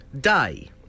Day